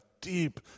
deep